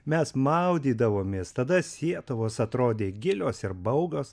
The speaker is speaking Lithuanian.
mes maudydavomės tada sietuvos atrodė gilios ir baugios